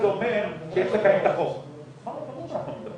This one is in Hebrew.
תגיעו להבנות כי אני חושבת שאין פה פער גדול מדי,